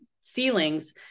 ceilings